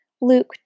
Luke